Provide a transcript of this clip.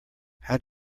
how